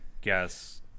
guess